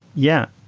yeah,